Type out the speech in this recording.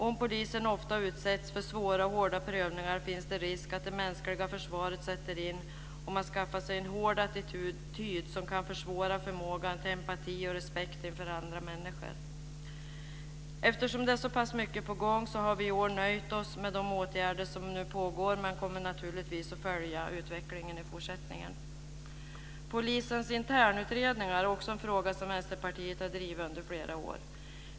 Om polisen ofta utsätts för svåra och hårda prövningar finns det risk för att det mänskliga försvaret sätter in och man skaffar sig en hård attityd som kan försvåra förmågan till empati och respekt för andra människor. Eftersom det är så pass mycket på gång har vi i år nöjt oss med de åtgärder som nu pågår, men kommer naturligtvis att följa utvecklingen i fortsättningen. Polisens internutredningar är också en fråga som Vänsterpartiet har drivit under flera år.